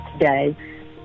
today